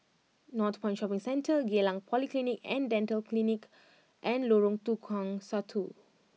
Northpoint Shopping Centre Geylang Polyclinic and Dental Clinic and Lorong Tukang Satu